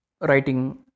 writing